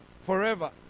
forever